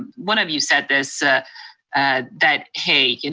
one of you said this ah and that, hey, and